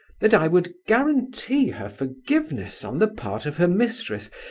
that i would guarantee her forgiveness on the part of her mistress,